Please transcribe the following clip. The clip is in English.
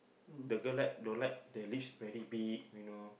the girl like don't like the lips very big you know